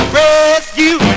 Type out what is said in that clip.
rescue